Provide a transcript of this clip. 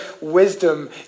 wisdom